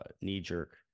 knee-jerk